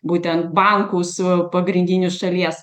būtent banku su pagrindiniu šalies